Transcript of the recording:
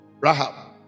Rahab